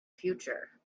future